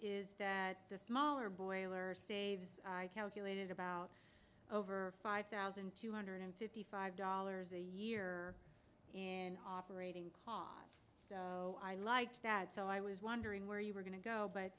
is that the smaller boiler saves calculated about over five thousand two hundred fifty five dollars a year in operating costs oh i liked that so i was wondering where you were going to go but